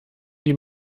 die